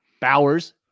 Bowers